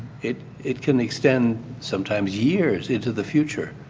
it it can extend sometimes years into the future.